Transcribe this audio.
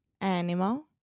Animal